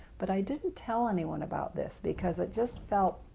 but i didn't tell anyone about this because i just felt